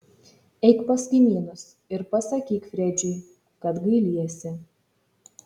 eik pas kaimynus ir pasakyk fredžiui kad gailiesi